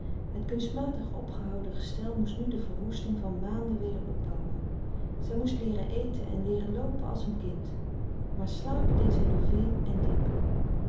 het kunstmatig opgehouden gestel moest nu de verwoesting van maanden weder opbouwen zij moest leeren eten en leeren loopen als een kind maar slapen deed zij nu veel en diep